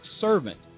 servant